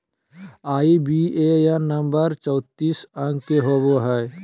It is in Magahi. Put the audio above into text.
आई.बी.ए.एन नंबर चौतीस अंक के होवो हय